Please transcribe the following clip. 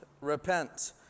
repent